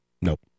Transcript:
Nope